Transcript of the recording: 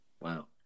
Wow